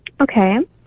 Okay